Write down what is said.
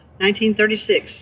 1936